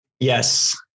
Yes